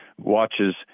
watches